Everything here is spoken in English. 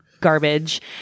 garbage